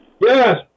Yes